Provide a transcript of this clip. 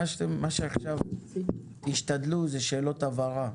מה שתשתדלו עכשיו זה שאלות הבהרה.